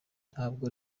ntabwo